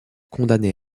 condamné